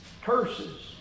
curses